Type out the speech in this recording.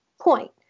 point